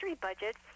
budget